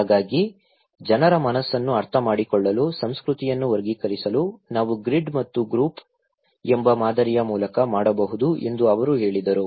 ಹಾಗಾಗಿ ಜನರ ಮನಸ್ಸನ್ನು ಅರ್ಥಮಾಡಿಕೊಳ್ಳಲು ಸಂಸ್ಕೃತಿಯನ್ನು ವರ್ಗೀಕರಿಸಲು ನಾವು ಗ್ರಿಡ್ ಮತ್ತು ಗ್ರೂಪ್ ಎಂಬ ಮಾದರಿಯ ಮೂಲಕ ಮಾಡಬಹುದು ಎಂದು ಅವರು ಹೇಳಿದರು